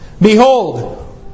Behold